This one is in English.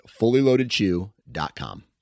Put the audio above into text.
FullyLoadedChew.com